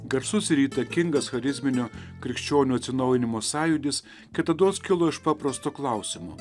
garsus ir įtakingas charizminio krikščionių atsinaujinimo sąjūdis kitados kilo iš paprasto klausimo